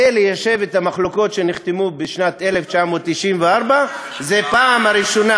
כדי ליישב את המחלוקות שנחתמו בשנת 1994. זו הפעם הראשונה